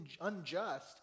unjust